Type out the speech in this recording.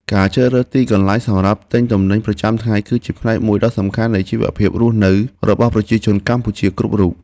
ការជ្រើសរើសទីកន្លែងសម្រាប់ទិញទំនិញប្រចាំថ្ងៃគឺជាផ្នែកមួយដ៏សំខាន់នៃជីវភាពរស់នៅរបស់ប្រជាជនកម្ពុជាគ្រប់រូប។